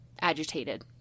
agitated